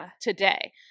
today